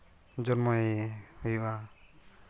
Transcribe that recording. ᱡᱚᱱᱢᱚᱭᱮ ᱦᱩᱭᱩᱜᱼᱟ